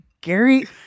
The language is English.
Gary